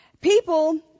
people